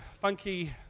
funky